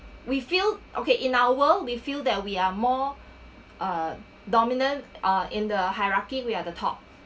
we feel okay in our world we feel that we are more a dominant uh in the hierarchy we are the top